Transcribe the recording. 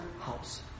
house